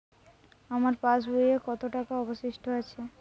আমার পাশ বইয়ে কতো টাকা অবশিষ্ট আছে?